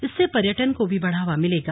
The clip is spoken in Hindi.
इससे पर्यटन को भी बढ़ावा मिलेगा